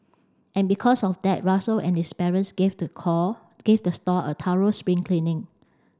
and because of that Russell and his parents gave the call gave the stall a thorough spring cleaning